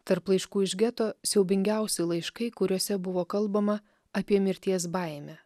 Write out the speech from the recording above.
tarp laiškų iš geto siaubingiausi laiškai kuriuose buvo kalbama apie mirties baimę